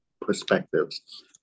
perspectives